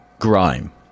grime